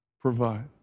provide